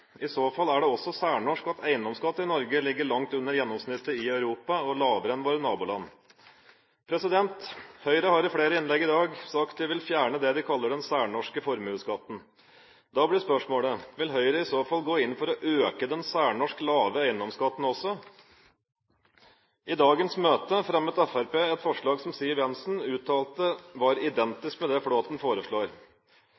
I så fall er det også særnorsk at eiendomsskatten i Norge ligger langt under gjennomsnittet i Europa, og lavere enn i våre naboland. Høyre har i flere innlegg i dag sagt at de vil fjerne det de kaller den særnorske formuesskatten. Da blir spørsmålet: Vil Høyre i så fall gå inn for å øke den særnorsk lave eiendomsskatten også? I dagens møte fremmet Fremskrittspartiet et forslag som Siv Jensen uttalte var